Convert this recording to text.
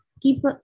keep